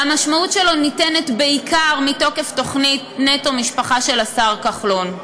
והמשמעות שלו ניתנת בעיקר מתוקף תוכנית "נטו משפחה" של השר כחלון.